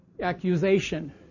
Accusation